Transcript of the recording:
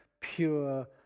pure